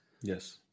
Yes